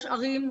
יש ערים,